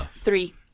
Three